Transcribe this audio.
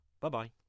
Bye-bye